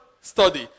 study